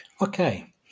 Okay